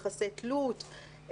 יחסי תלות,